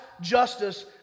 justice